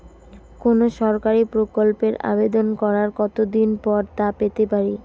কোনো সরকারি প্রকল্পের আবেদন করার কত দিন পর তা পেতে পারি?